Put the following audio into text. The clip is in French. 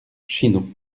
chinon